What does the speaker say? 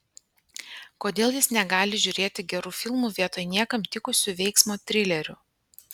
kodėl jis negali žiūrėti gerų filmų vietoj niekam tikusių veiksmo trilerių